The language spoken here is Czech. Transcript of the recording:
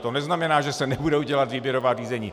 To neznamená, že se nebudou dělat výběrová řízení.